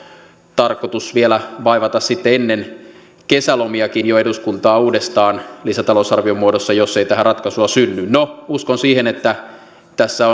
tarkoitus vielä vaivata sitten ennen kesälomiakin eduskuntaa uudestaan lisätalousarvion muodossa jos ei tähän ratkaisua synny no uskon siihen että tässä